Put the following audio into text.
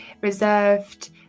reserved